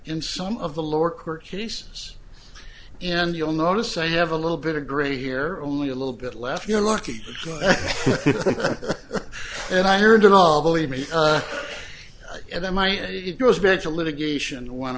in some of the lower court cases and you'll notice i have a little bit of gray here only a little bit left you're lucky and i heard it all believe me and then my and it goes back to litigation